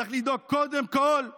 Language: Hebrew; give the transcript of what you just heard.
צריך לדאוג קודם כול לאנשים.